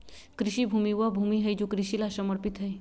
कृषि भूमि वह भूमि हई जो कृषि ला समर्पित हई